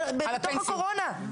בתוך הקורונה,